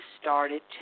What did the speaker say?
started